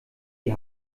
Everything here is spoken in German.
die